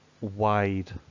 wide